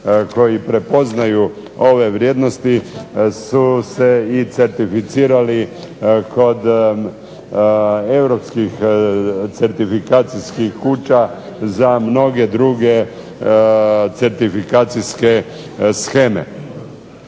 koji prepoznaju ove vrijednosti su se i certificirali kod europskih certifikacijskih kuća za mnoge druge certifikacijske sheme.